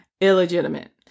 illegitimate